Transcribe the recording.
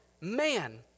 man